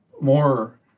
more